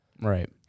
Right